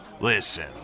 Listen